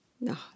No